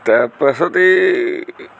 তাৰপাছতে